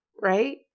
right